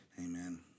Amen